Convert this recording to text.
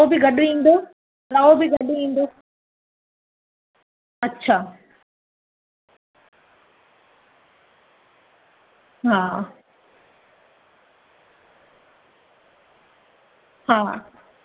हा हा रओ बि ईंदो आ रओ सवा ॿ मीटर ईंदो आ किन में प्रिंट वारो ईंदो आ के में वर्क ईंदो आ के में प्लेन ईंदो आ रओ तांखे जेका जेका वणे त उनमें ॿुधायो त मां उनमां कॾी रखांव कॾी ॾियांव तांखे